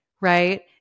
right